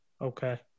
Okay